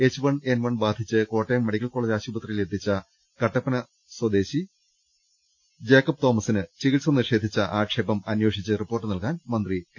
H one N one ബാധിച്ച് Kottayam medical college ആശുപത്രിയിലെത്തിച്ച കട്ടപ്പന സ്വരാജ് സ്വദേശി ജേക്കബ് തോമസിന് ചികിത്സ നിഷേധിച്ച ആക്ഷേപം അന്വേഷിച്ച് റിപ്പോർട്ട് നൽകാൻ മന്ത്രി കെ